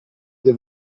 wir